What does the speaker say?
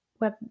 web